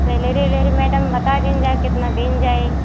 salary उलरी madam बता दीन जाए कितना दीन जाए